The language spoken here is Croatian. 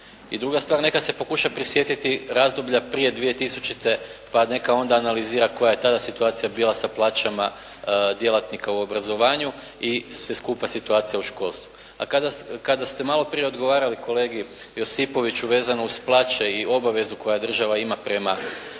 i druga stvar neka se pokuša prisjetiti razdoblja prije 2000., pa neka analizira koja je tada situacija bila sa plaćama djelatnika u obrazovanju i sve skupa situacija u školstvu. A kada ste malo prije odgovarali kolegi Jospoviću vezano uz plaće i obavezu koju država ima prema